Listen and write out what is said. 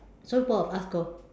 so both of us go